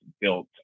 built